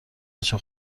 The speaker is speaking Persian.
بچه